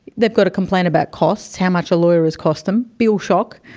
they've got a complaint about costs, how much a lawyer has cost them bill shock.